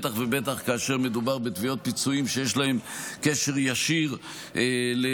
בטח ובטח כאשר מדובר בתביעות פיצויים שיש להן קשר ישיר לביצוען